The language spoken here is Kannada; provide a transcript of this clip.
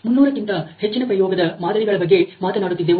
ಮುನ್ನೂರು ಕ್ಕಿಂತ ಹೆಚ್ಚಿನ ಪ್ರಯೋಗದ ಮಾದರಿಗಳ ಬಗ್ಗೆ ಮಾತನಾಡುತ್ತಿದ್ದೆವು